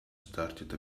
started